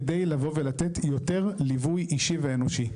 כדי לבוא ולתת יותר ליווי אישי ואנושי.